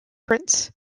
prints